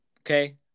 okay